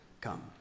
come